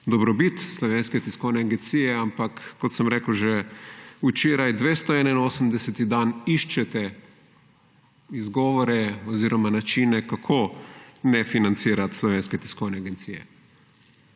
dobrobit Slovenske tiskovne agencije, ampak, kot sem rekel že včeraj, 281. dan iščete izgovore oziroma načine, kako ne financirat Slovenske tiskovne agencije.